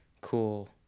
cool